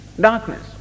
darkness